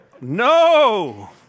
No